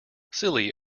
silly